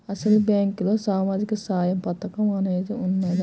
అసలు బ్యాంక్లో సామాజిక సహాయం పథకం అనేది వున్నదా?